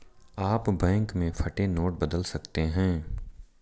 आप बैंक में फटे नोट बदल सकते हैं